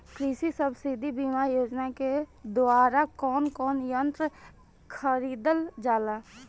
कृषि सब्सिडी बीमा योजना के द्वारा कौन कौन यंत्र खरीदल जाला?